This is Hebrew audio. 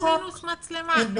אישור מינוס מצלמה.